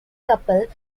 couple